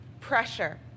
pressure